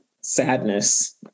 sadness